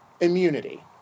immunity